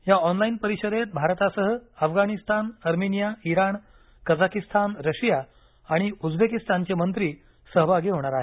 या ऑनलाईन परिषदेत भारतासह Afghanistan Armenia Iran Kazakhstan Russia आणि उझबेकिस्तानचे मंत्री सहभागी होणार आहेत